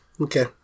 Okay